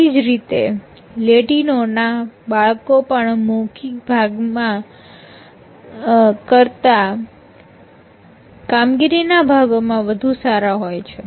તેવી જ રીતે લેટીનોના બાળકો પણ મૌખિક ભાગ કરતા કામગીરીના ભાગોમાં વધુ સારા હોય છે